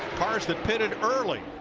carson pitted early.